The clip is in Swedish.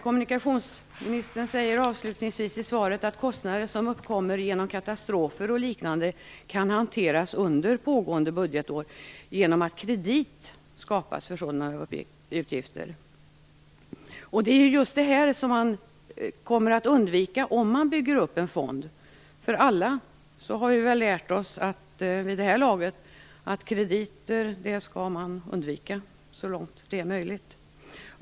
Kommunikationsministern säger avslutningsvis i svaret att kostnader som uppkommer genom katastrofer och liknande kan hanteras under pågående budgetår genom att kredit skapas för sådana utgifter. Det är just det man kommer att undvika om man bygger upp en fond. Vi har väl alla vid det här laget lärt oss att man skall undvika krediter så långt möjligt.